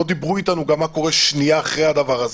לא דיברו איתנו מה קורה שנייה אחרי הדבר הזה,